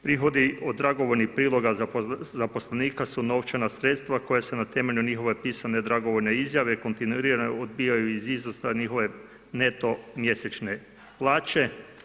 Prihodi od dragovoljnih priloga zaposlenika su novčana sredstva koja se na temelju njihove pisane dragovoljne izjave kontinuirano odbijaju iz iznosa NETO mjesečne plaće.